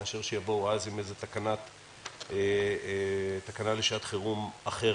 מאשר שיבואו אז עם איזו תקנה לשעת חירום אחרת.